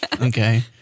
Okay